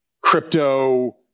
crypto